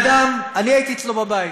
הבן-אדם, אני הייתי אצלו בבית,